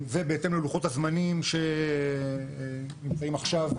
בהתאם ללוחות הזמנים שנמצאים עכשיו,